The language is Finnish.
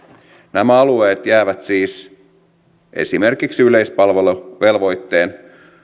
nämä alueet jäävät siis esimerkiksi yleispalveluvelvoitteen